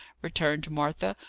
returned martha,